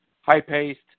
high-paced